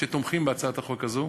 שתומכים בהצעת החוק הזאת,